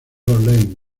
verlaine